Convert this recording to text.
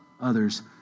others